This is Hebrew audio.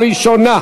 נתקבלה.